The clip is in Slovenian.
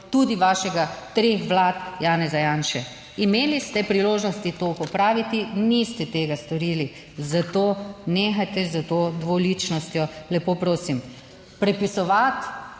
tudi vašega, treh vlad Janeza Janše. Imeli ste priložnost to popraviti, niste tega storili, zato nehajte s to dvoličnostjo, lepo prosim. Prepisovati,